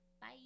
Bye